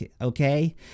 okay